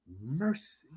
mercy